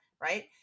right